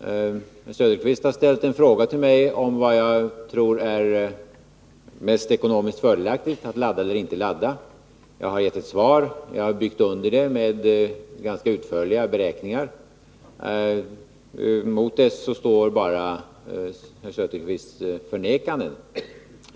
Oswald Söderqvist har ställt en fråga till mig om vilket jag tror är mest ekonomiskt fördelaktigt, att ladda eller inte ladda reaktorerna. Jag har gett ett svar, och jag har byggt under svaret med ganska utförliga beräkningar. Mot det står bara herr Söderqvists förnekanden,